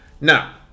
Now